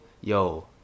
yo